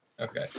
Okay